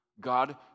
God